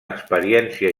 experiència